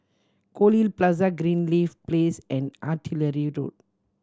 Goldhill Plaza Greenleaf Place and Artillery Road